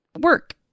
work